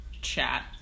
chat